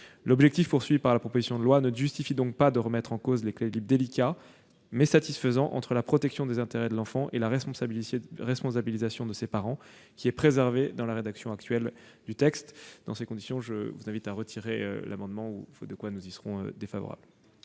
L'objectif de la proposition de loi ne justifie donc pas de remettre en cause l'équilibre délicat, mais satisfaisant, entre la protection des intérêts de l'enfant et la responsabilisation de ses parents qui est préservé dans la rédaction actuelle du texte. Dans ces conditions, j'invite ses auteurs à retirer l'amendement, faute de quoi nous y serons défavorables.